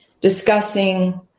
discussing